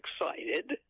excited